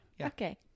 Okay